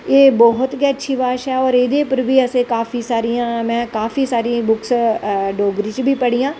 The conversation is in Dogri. एह् बौह्त गै अच्ची भाशा ऐ और एह्दे पर में काफी सारियां बुक्स डोगरी च बी पढ़ियां